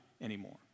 anymore